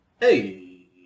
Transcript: Hey